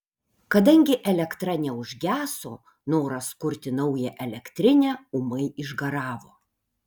kadangi elektra neužgeso noras kurti naują elektrinę ūmai išgaravo